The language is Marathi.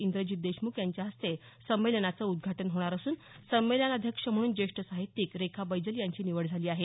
इंद्रजीत देशमुख यांच्या हस्ते संमेलनाचं उद्घाटन होणार असून संमेलनाध्यक्ष म्हणून ज्येष्ठ साहित्यिक रेखा बैजल यांची निवड झाली आहे